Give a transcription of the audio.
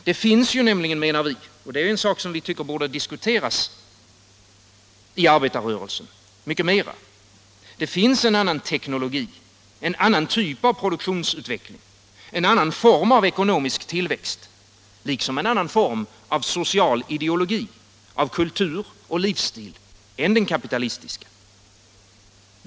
Det finns nämligen, menar vi — och det tycker vi är något som borde diskuteras mycket mera i arbetarrörelsen — en annan teknologi, en annan typ av produktionsutveckling, en annan form av ekonomisk tillväxt liksom en annan form av social ideologi, av kultur och livsstil än den kapitalistiska.